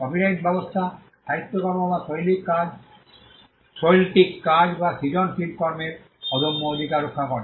copyright ব্যবস্থা সাহিত্যকর্ম বা শৈল্পিক কাজ বা সৃজনশীল কর্মের অদম্য অধিকার রক্ষা করে